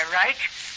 right